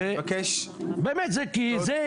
תודה רבה על ההצעה שלך.